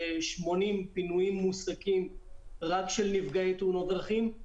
כ-80 פינויים מוסקים רק של נפגעי תאונות דרכים.